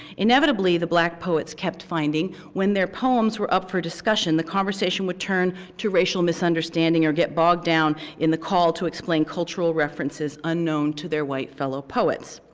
inevitably the black poets kept finding, when their poems were up for discussion, the conversation would turn to racial misunderstanding or get bogged down in the call to explain cultural references unknown to their white fellow poets,